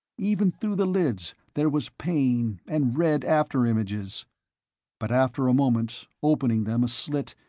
even through the lids there was pain and red afterimages but after a moment, opening them a slit,